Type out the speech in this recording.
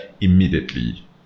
immediately